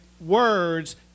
words